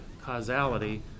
causality